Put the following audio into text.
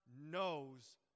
knows